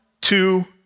two